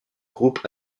groupe